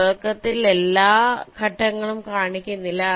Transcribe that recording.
തുടക്കത്തിൽ എല്ലാ ഘട്ടങ്ങളും കാണിക്കുന്നില്ല